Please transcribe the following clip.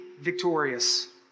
victorious